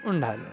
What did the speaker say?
ఉండాలి